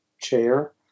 chair